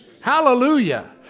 Hallelujah